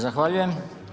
Zahvaljujem.